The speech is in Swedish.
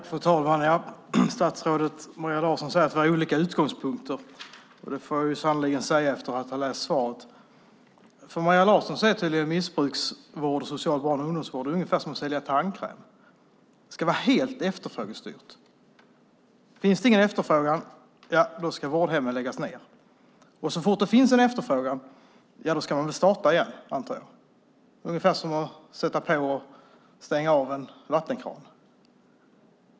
Fru talman! Statsrådet Maria Larsson säger att vi har olika utgångspunkter. Och det får jag sannerligen säga efter att ha läst svaret. För Maria Larsson är tydligen missbrukarvård och social barn och ungdomsvård ungefär som att sälja tandkräm. Det ska vara helt efterfrågestyrt. Finns det ingen efterfrågan ska vårdhemmen läggas ned, och så fort det finns en efterfrågan antar jag att man ska starta dem igen. Det är ungefär som att öppna och stänga av en vattenkran.